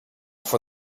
for